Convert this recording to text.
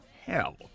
hell